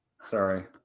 Sorry